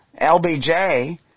LBJ